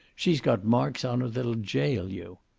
she's got marks on her that'll jail you.